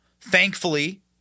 Thankfully